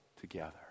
together